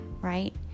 Right